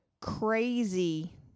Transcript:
crazy